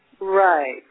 Right